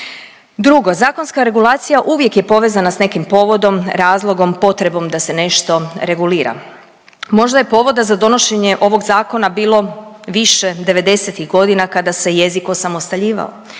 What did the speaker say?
Drugo, zakonska regulacija uvijek je povezana sa nekim povodom, razlogom, potrebom da se nešto regulira. Možda je povoda za donošenje ovog zakona bilo više devedesetih godina kada se jezik osamostaljivao